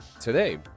today